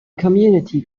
community